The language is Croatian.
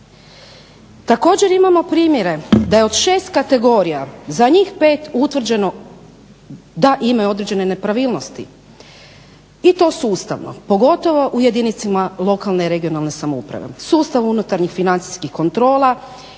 Također imamo primjere da je od 6 kategorija za njih 5 utvrđeno da imaju određene nepravilnosti i to sustavno, pogotovo u jedinicama lokalne i regionalne samouprave. sustav unutarnjih financijskih kontrola